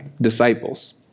disciples